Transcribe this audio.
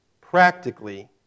practically